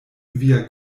via